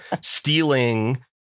stealing